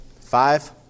Five